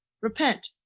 repent